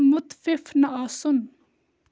مُتفِف نہٕ آسُن